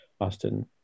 Austin